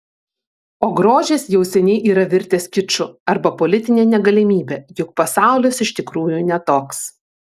o grožis jau seniai yra virtęs kiču arba politine negalimybe juk pasaulis iš tikrųjų ne toks